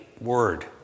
word